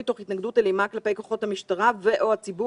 תוך התנגדות אלימה כלפי כוחות המשטרה ו/או הציבור,